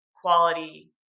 quality